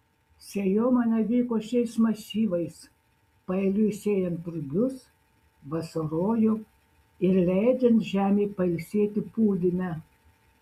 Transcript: sėjomaina vyko šiais masyvais paeiliui sėjant rugius vasarojų ir leidžiant žemei pailsėti pūdyme